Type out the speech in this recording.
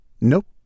Nope